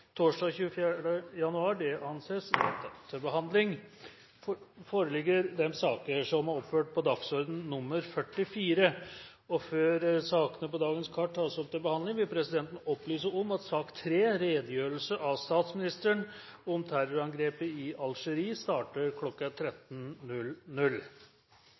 torsdag 24. januar. Før sakene på dagens kart tas opp til behandling, vil presidenten opplyse om at sak nr. 3, Redegjørelse av statsministeren om terrorangrepet i Algerie, starter